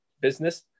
business